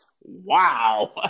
Wow